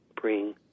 bring